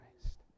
Christ